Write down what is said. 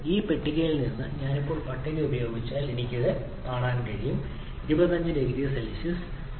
ആ പട്ടികയിൽ നിന്ന് ഞാൻ ഇപ്പോൾ പട്ടിക ഉപയോഗിച്ചാൽ എനിക്ക് ഇത് കാണാൻ കഴിയും 25 0C 3